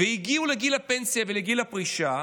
והגיעו לגיל הפנסיה ולגיל הפרישה,